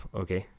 okay